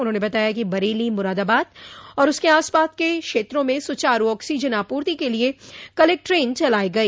उन्होंने बताया कि बरेली मुरादाबाद और उसके आसपास के क्षेत्रों में सुचारू ऑक्सीजन आपूर्ति के लिये कल एक ट्रेन चलाई गई